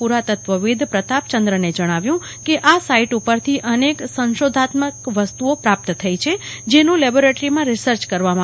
પુરાતત્વવિદ્દ પ્રતાપચંદ્રને જણાવ્યું કે આ સાઈટ ઉપરથી અનેક સંશોધનાત્મક વસ્તુઓ પ્રાપ્ત થઈ છે જેનું લેબોરેટરીમાં રિસર્ચ કરવામાં